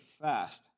fast